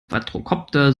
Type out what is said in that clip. quadrokopter